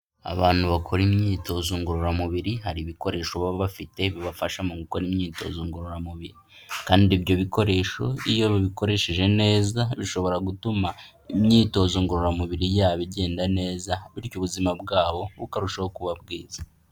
Abantu bakora imyitozo ngororamubiri hari ibikoresho baba bafite bibafasha mu gukora imyitozo ngororamubiri, kandi ibyo bikoresho iyo babikoresheje neza bishobora gutuma imyitozo ngororamubiri yabo igenda neza, bityo ubuzima bwabo bukarushaho kuba bwiza.